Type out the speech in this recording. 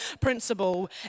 principle